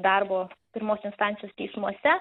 darbo pirmos instancijos teismuose